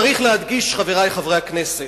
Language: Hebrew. צריך להדגיש, חברי חברי הכנסת,